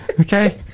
Okay